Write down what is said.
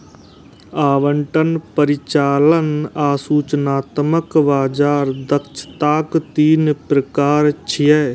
आवंटन, परिचालन आ सूचनात्मक बाजार दक्षताक तीन प्रकार छियै